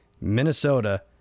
Minnesota